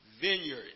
vineyard